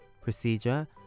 Procedure